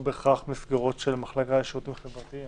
לא בהכרח במחלקה לשירותים חברתיים,